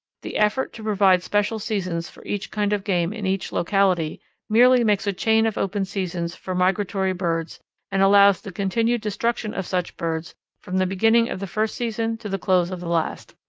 the effort to provide special seasons for each kind of game in each locality merely makes a chain of open seasons for migratory birds and allows the continued destruction of such birds from the beginning of the first season to the close of the last.